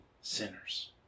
sinners